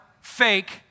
fake